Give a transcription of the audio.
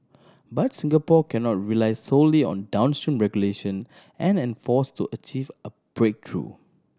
but Singapore cannot rely solely on downstream regulation and enforce to achieve a breakthrough